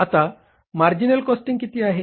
आता marginal costing किती आहे